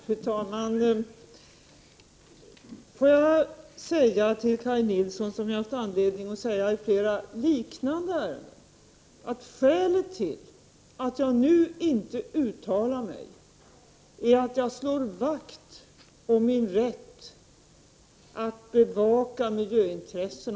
Fru talman! Får jag säga till Kaj Nilsson på samma sätt som jag har haft anledning att säga i flera liknande ärenden, att skälet till att jag nu inte uttalar mig är att jag slår vakt om min rätt att bevaka miljöintressena.